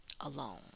alone